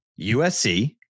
USC